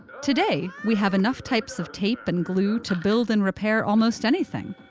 today, we have enough types of tape and glue to build and repair almost anything.